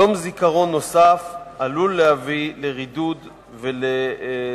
יום זיכרון נוסף עלול להביא לרידוד ולזילות,